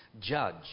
judge